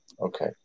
Okay